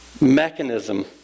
mechanism